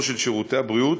או של שירותי הבריאות